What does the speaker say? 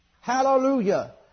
Hallelujah